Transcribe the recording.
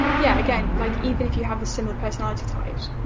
yeah again, like even if you have a similar personality type,